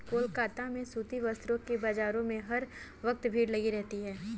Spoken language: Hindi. कोलकाता में सूती वस्त्रों के बाजार में हर वक्त भीड़ लगी रहती है